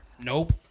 Nope